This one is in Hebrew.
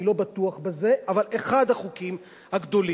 אני לא בטוח בזה, אבל אחד החוקים הגדולים.